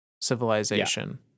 civilization